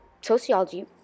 sociology